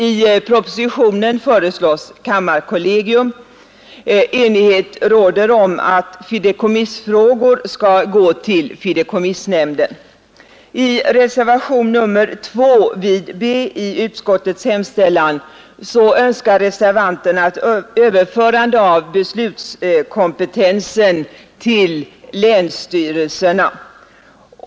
I propositionen föreslås kammarkollegiet, i reservationen länsstyrelserna. Enighet råder om att fideikommissfrågor skall gå till fideikommissnämnden. I reservationen 2 vid B i utskottets hemställan yrkar vi reservanter ett överförande av beslutskompetensen till länsstyrelserna.